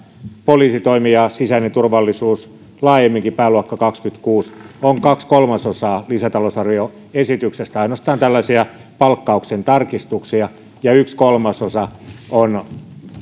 poliisitoimi ja sisäinen turvallisuus laajemminkin pääluokka kaksikymmentäkuusi on kaksi kolmasosaa lisätalousarvioesityksestä ainoastaan tällaisia palkkauksen tarkistuksia ja yksi kolmasosa on